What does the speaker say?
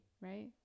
right